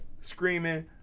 screaming